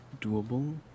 doable